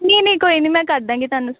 ਨਹੀਂ ਨਹੀਂ ਕੋਈ ਨਹੀਂ ਮੈਂ ਕਰ ਦਾਂਗੀ ਤੁਹਾਨੂੰ